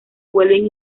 vuelven